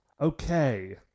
Okay